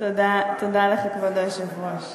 תודה לך, כבוד היושב-ראש.